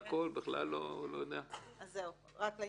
באתי